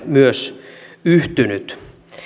myös yhtynyt